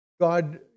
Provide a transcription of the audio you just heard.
God